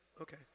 okay